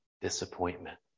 Disappointment